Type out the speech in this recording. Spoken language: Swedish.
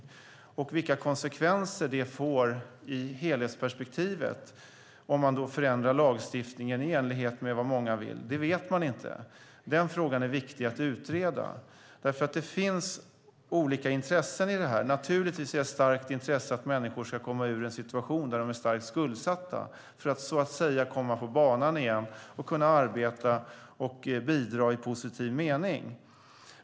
Man vet inte vilka konsekvenser det får i helhetsperspektivet om man förändrar lagstiftningen i enlighet med vad många vill. Den frågan är viktig att utreda. Det finns olika intressen i det här. Det är naturligtvis ett starkt intresse att människor ska komma ur en situation där de är starkt skuldsatta för att så att säga komma på banan igen och kunna arbeta och bidra i positiv mening.